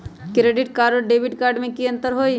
Credit card और debit card में की अंतर हई?